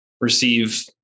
receive